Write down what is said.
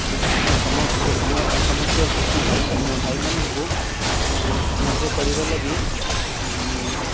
ସମସ୍ତ କୃଷି ଭାଇ ଭାଇମାନଙ୍କୁ ସାହାଯ୍ୟ କରିବା ଲାଗି